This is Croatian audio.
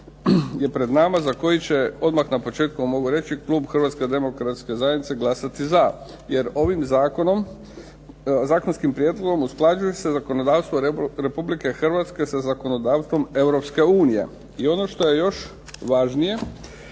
je pred nama za koji će odmah na početku vam mogu reći klub Hrvatske demokratske zajednice glasati za, jer ovim zakonskim prijedlogom usklađuje se zakonodavstvo Republike Hrvatske sa zakonodavstvom Europske unije. I ono što je još važnije,